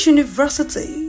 University